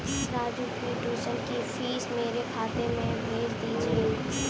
राजू के ट्यूशन की फीस मेरे खाते में भेज दीजिए